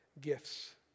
gifts